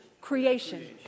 creation